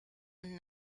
and